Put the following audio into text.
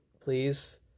please